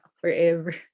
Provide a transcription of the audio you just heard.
forever